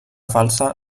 falsa